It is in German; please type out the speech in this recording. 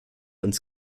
uns